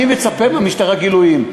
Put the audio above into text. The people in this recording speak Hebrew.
ואני מצפה מהמשטרה לגילויים.